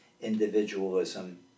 individualism